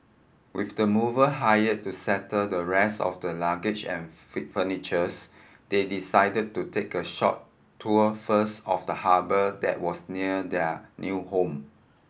with the mover hired to settle the rest of the luggage and furnitures they decided to take a short tour first of the harbour that was near their new home